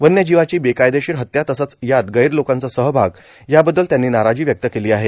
वन्य जीवाची बेकायदशीर हत्या तसच यात गैर लोकाचा सहभाग याबद्दल त्यांनी नाराजी व्यक्त केली आहे